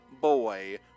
boy